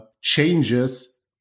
changes